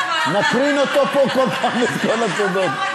נקרין פה כל פעם את כל התודות.